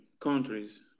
countries